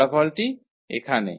ফলাফলটি এখানে